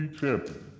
champion